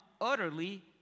utterly